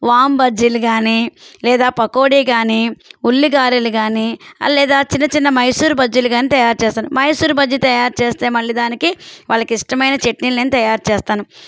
వామ్ బజ్జీలు కాని లేదా పకోడీ కాని ఉల్లి గారెలు కాని లేదా చిన్న చిన్న మైసూర్ బజ్జీలు కాని తయారు చేస్తాను మైసూర్ బజ్జీ తయారు చేస్తే మళ్ళీ దానికి వాళ్ళకి ఇష్టమైన చట్నీలు నేను తయారు చేస్తాను